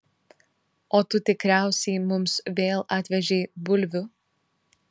o tu tikriausiai mums vėl atvežei bulvių